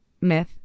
myth